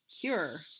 cure